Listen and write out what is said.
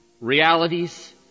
realities